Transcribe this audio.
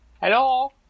Hello